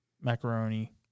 macaroni